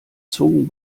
zungen